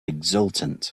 exultant